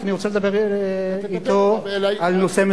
כי אני רוצה לדבר אתו על נושא מסוים.